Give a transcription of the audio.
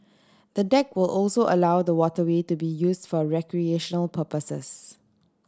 the deck will also allow the waterway to be used for recreational purposes